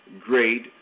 great